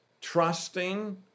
trusting